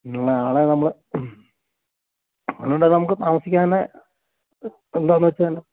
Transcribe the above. അതിനുള്ള ആളെ നമ്മൾ അതുകൊണ്ട് അത് നമുക്ക് താമസിക്കാതെ തന്നെ എന്താന്ന് വെച്ചാല്